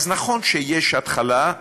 אז נכון שיש התחלה,